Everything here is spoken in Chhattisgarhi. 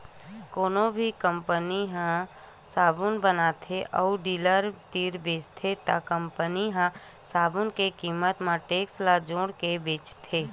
कोनो कंपनी ह साबून बताथे अउ डीलर तीर बेचथे त कंपनी ह साबून के कीमत म टेक्स ल जोड़के बेचथे